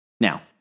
Now